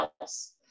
else